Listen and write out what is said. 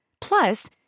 Plus